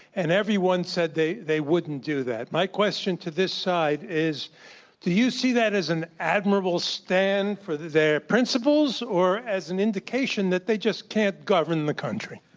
and everyone said they they wouldn't do that. my question to this side is do you see that as an admirable stand for their principles or as an indication that they just can't govern the country?